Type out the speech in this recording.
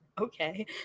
Okay